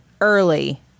early